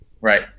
Right